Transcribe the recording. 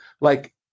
like-